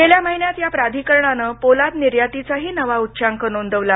गेल्या महिन्यात या प्राधिकरणानं पोलाद निर्यातीचाही नवा उच्चांक नोंदवला